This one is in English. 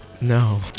No